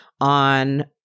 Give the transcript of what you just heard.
on